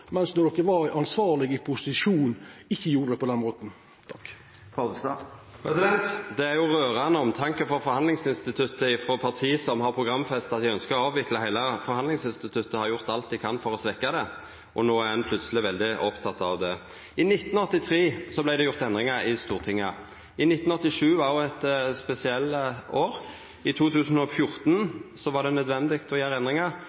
mens ein, då ein var ansvarlege i posisjon, ikkje gjorde det på den måten? Det er jo ein rørande omtanke for forhandlingsinstituttet frå eit parti som har programfesta at dei ønskjer å avvikla heile forhandlingsinstituttet, og har gjort alt dei kan for å svekkja det, og no er ein plutseleg veldig oppteken av det. I 1983 vart det gjort endringar i Stortinget. 1987 var òg eit spesielt år. I 2014 var det nødvendig å